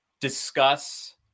discuss